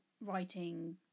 writing